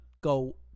go